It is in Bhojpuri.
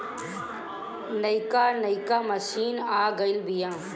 नइका नइका मशीन आ गइल बिआ